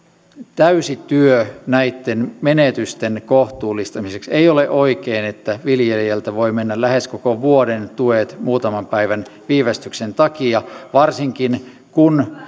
täysi työ näitten menetysten kohtuullistamiseksi ei ole oikein että viljelijältä voivat mennä lähes koko vuoden tuet muutaman päivän viivästyksen takia varsinkin kun